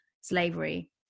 slavery